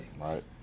Right